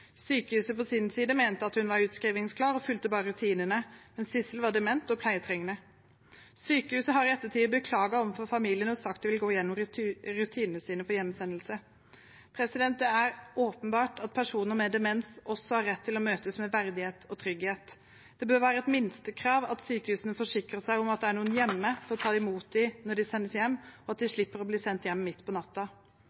Sykehuset på sin side mente at hun var utskrivningsklar og fulgte bare rutinene. Men Sissel var dement og pleietrengende. Sykehuset har i ettertid beklaget overfor familien og sagt at de vil gå gjennom sine rutiner for hjemsendelse. Det er åpenbart at personer med demens også har rett til å møtes med verdighet og trygghet. Det bør være et minstekrav at sykehusene forsikrer seg om at det er noen hjemme for å ta imot dem når de sendes hjem, og at de